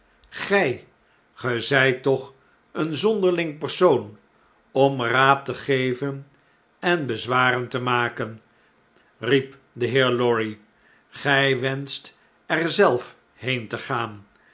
ge zyt toch een zonderling persoon om raad te geven en bezwaren te maken riep de heer lorry gy wenscht er zelf heen te gaan